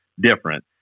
different